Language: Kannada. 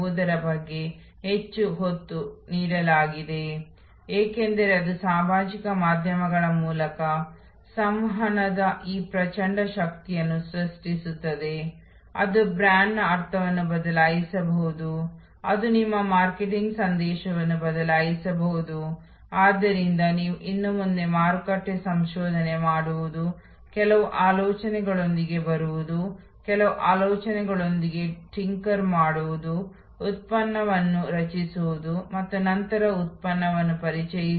ಮತ್ತು ಮಧ್ಯದಲ್ಲಿ ಮತ್ತು ಹಿಂದಿನ ಹಂತದಲ್ಲಿ ಅಡುಗೆಮನೆ ಲೆಕ್ಕಪತ್ರ ನಿರ್ವಹಣೆ ಕಂಪ್ಯೂಟರ್ ವ್ಯವಸ್ಥೆ ಹವಾನಿಯಂತ್ರಣ ವ್ಯವಸ್ಥೆ ಮುಂತಾದವುಗಳಲ್ಲಿ ಉತ್ತಮ ಅನುಭವವನ್ನು ನೀಡಲು ಹಿಂಭಾಗದ ಕೊನೆಯಲ್ಲಿ ಅಗತ್ಯವಿರುವ ಎಲ್ಲಾ ಸೇವಾ ಬ್ಲಾಕ್ಗಳಿಂದ ಇದು ಬೆಂಬಲಿತವಾಗಿದೆ ಒಟ್ಟಿಗೆ ಕೆಲಸ ಮಾಡಲು ಅಂತ್ಯ ಮತ್ತು ಈ ಸಂಪೂರ್ಣ ವಿಷಯ